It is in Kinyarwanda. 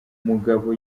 mugabo